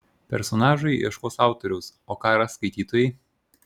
personažai ieškos autoriaus o ką ras skaitytojai